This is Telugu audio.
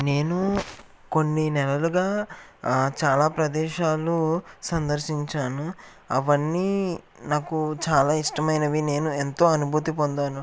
నేను కొన్ని నెలలుగా చాలా ప్రదేశాలు సందర్శించాను అవన్నీ నాకు చాలా ఇష్టమైనవి నేను ఎంతో అనుభూతి పొందాను